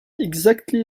exactly